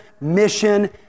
mission